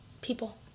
people